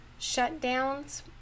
Shutdowns